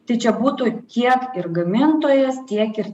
tai čia būtų tiek ir gamintojas tiek ir